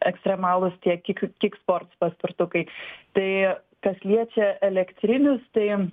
ekstremalūs tie kik kik sports paspirtukai tai kas liečia elektrinius tai